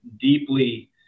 deeply